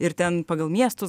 ir ten pagal miestus